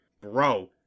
Bro